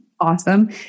Awesome